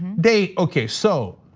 they okay so,